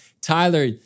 Tyler